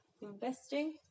investing